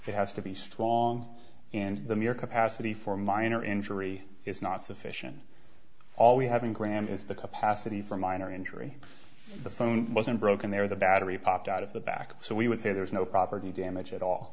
it has to be strong and the mere capacity for minor injury is not sufficient all we have in gram is the capacity for minor injury the phone wasn't broken there the battery popped out of the back so we would say there's no property damage at all